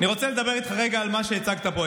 אני רוצה לדבר איתך רגע על מה שהצגת פה.